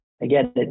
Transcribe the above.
again